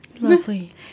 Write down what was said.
Lovely